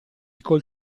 col